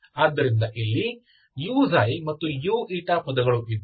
ಆದ್ದರಿಂದ ಇಲ್ಲಿ u ಮತ್ತು u ಪದಗಳು ಇದ್ದು